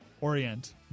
orient